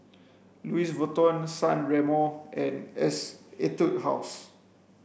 Louis Vuitton San Remo and Etude House